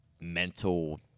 mental